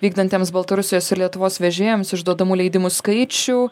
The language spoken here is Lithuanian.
vykdantiems baltarusijos ir lietuvos vežėjams išduodamų leidimų skaičių